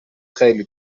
خیلی